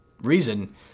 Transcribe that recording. reason